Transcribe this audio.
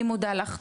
אני מודה לך,